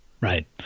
Right